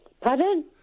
Pardon